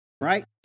Right